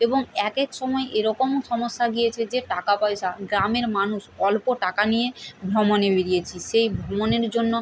এবং এক এক সময় এরকমও সমস্যা গিয়েছে যে টাকা পয়সা গ্রামের মানুষ অল্প টাকা নিয়ে ভ্রমণে বেরিয়েছি সেই ভ্রমণের জন্য